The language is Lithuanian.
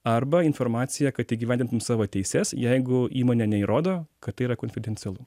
arba informaciją kad įgyvendintum savo teises jeigu įmonė neįrodo kad tai yra konfidencialu